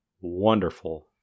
wonderful